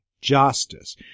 justice